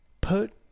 Put